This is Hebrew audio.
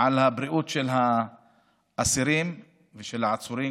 על הבריאות של האסירים ושל העצורים,